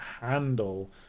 handle